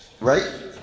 right